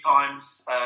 times